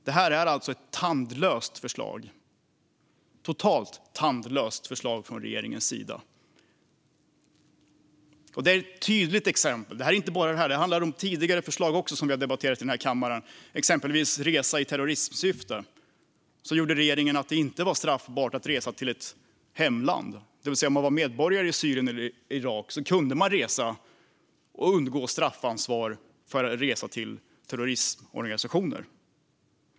Det här är alltså ett totalt tandlöst förslag från regeringens sida, och det är ett tydligt exempel bland många. Det handlar ju inte bara om detta utan också om tidigare förslag som vi har debatterat i den här kammaren, exempelvis resa i terrorismsyfte. Regeringen gjorde så att det inte var straffbart att resa till sitt hemland, det vill säga att om man var medborgare i Syrien eller Irak kunde man resa och undgå straffansvar för resa till terroristorganisationer.